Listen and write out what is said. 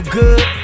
good